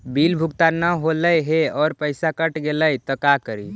Bill भुगतान न हौले हे और पैसा कट गेलै त का करि?